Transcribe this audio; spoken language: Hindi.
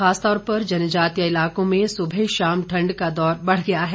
खासतौर पर जनजातीय इलाकों में सुबह शाम ठंड का दौर बढ़ गया है